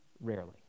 rarely